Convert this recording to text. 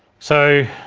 so,